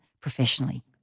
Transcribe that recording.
professionally